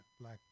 black